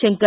Shankar